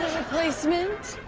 replacement